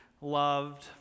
loved